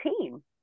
team